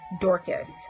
Dorcas